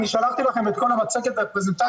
אני שלחתי לכם את כל המצגת והפרזנטציה,